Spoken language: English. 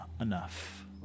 enough